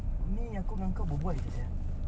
ni aku dengan kau berbual jer sia